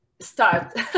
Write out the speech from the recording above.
start